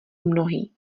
mnohý